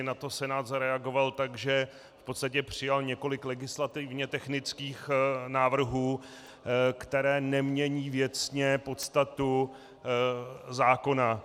Na to Senát zareagoval tak, že přijal několik legislativně technických návrhů, které nemění věcně podstatu zákona.